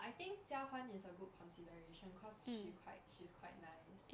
I think jia huan is a good consideration cause she quite she's quite nice